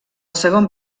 segon